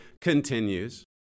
continues